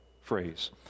phrase